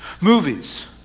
Movies